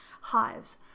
Hives